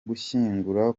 gushyingura